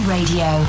Radio